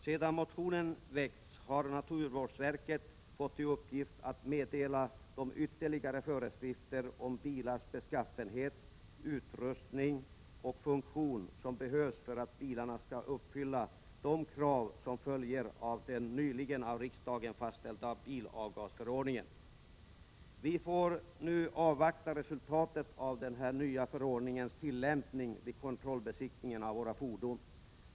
Sedan motionen väckts har naturvårdsverket fått i uppgift att meddela de ytterligare föreskrifter om bilars beskaffenhet, utrustning och funktion som behövs för att bilarna skall uppfylla de krav som följer av den nyligen av riksdagen fastställda bilavgasförordningen. Vi får nu avvakta resultatet av den nya förordningens tillämpning vid kontrollbesiktningen av våra fordon.